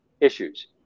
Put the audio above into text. issues